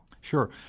Sure